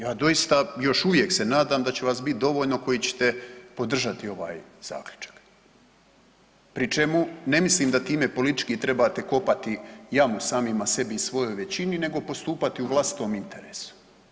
Ja doista još uvijek se nadam da će vas bit dovoljno koji ćete podržati ovaj zaključak, pri čemu ne mislim da time politički trebate kopati jamu samima sebi i svojoj većini, nego postupati u vlastitom interesu.